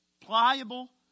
pliable